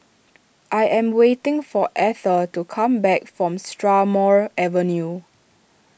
I am waiting for Etter to come back from Strathmore Avenue